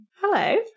Hello